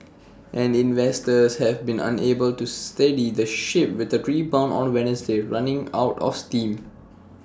and investors have been unable to steady the ship with A rebound on Wednesday running out of steam